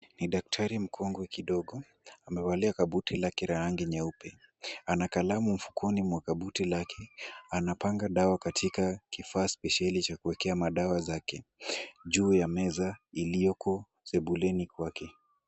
Ni daktari mkongwe kidogo. Amevalia kabuti lake la rangi nyeupe. Ana kalamu mfukoni mwa kabuti lake. Anapanga dawa katika kifaa spesheli cha kuwekea madawa zake juu ya meza iliyoko sebuleni kwake.